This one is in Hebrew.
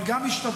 אבל גם משתלטות,